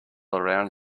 around